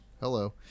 hello